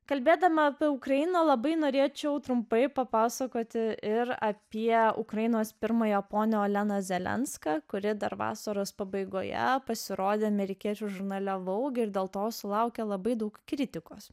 kalbėdama apie ukrainą labai norėčiau trumpai papasakoti ir apie ukrainos pirmąją ponia olena zelenska kuri dar vasaros pabaigoje pasirodė amerikiečių žurnale vogue ir dėl to sulaukė labai daug kritikos